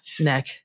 neck